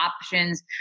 options